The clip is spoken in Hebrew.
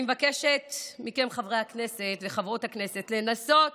אני מבקש מכם, חברי הכנסת וחברות הכנסת, לנסות